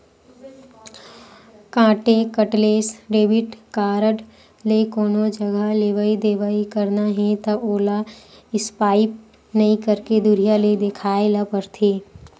contactless debit card ले कोनो जघा लेवइ देवइ करना हे त ओला स्पाइप नइ करके दुरिहा ले देखाए ल परथे